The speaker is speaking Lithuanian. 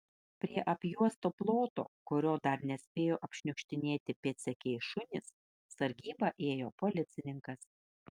prie apjuosto ploto kurio dar nespėjo apšniukštinėti pėdsekiai šunys sargybą ėjo policininkas